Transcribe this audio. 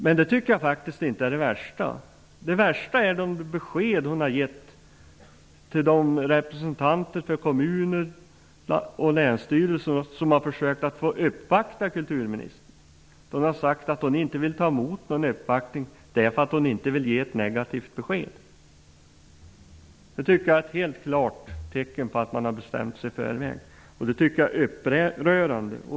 Men det är inte det värsta, utan det är de besked som hon har gett till de representanter för kommuner och länsstyrelser som har försökt få uppvakta kulturministern. Hon har sagt att hon inte vill ta emot någon uppvaktning därför att hon inte vill ge ett negativt besked. Det är ett klart tecken på att man har bestämt sig i förväg, och det är upprörande.